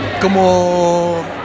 como